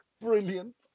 Brilliant